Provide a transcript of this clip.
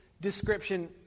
description